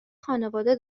خانواده